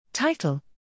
Title